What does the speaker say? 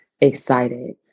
excited